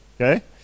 okay